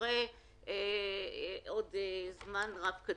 וכנראה לעוד זמן רב קדימה.